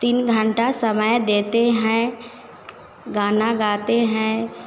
तीन घंटा समय देते हैं गाना गाते हैं